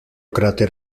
cráter